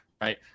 right